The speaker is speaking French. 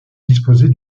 disposer